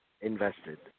invested